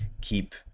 keep